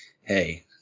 Hey